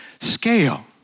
scale